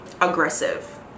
aggressive